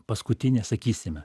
paskutinė sakysime